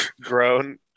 grown